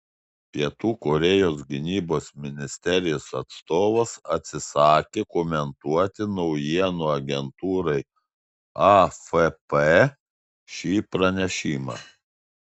pietų korėjos gynybos ministerijos atstovas atsisakė komentuoti naujienų agentūrai afp šį pranešimą